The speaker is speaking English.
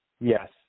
Yes